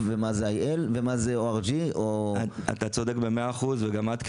ומה זה IL או Org. אתה צודק ב-100% וגם את,